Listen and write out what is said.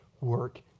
work